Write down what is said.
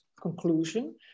conclusion